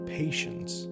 patience